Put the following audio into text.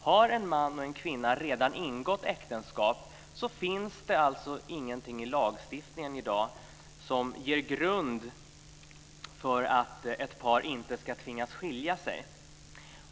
Har en man och en kvinna redan ingått äktenskap finns det alltså ingenting i lagstiftningen i dag som ger grund för att ett par inte ska tvingas skilja sig.